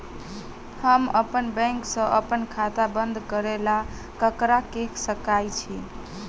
हम अप्पन बैंक सऽ अप्पन खाता बंद करै ला ककरा केह सकाई छी?